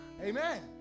amen